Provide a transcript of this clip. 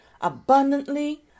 abundantly